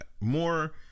more